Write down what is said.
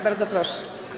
Bardzo proszę.